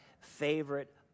favorite